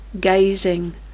gazing